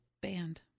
Banned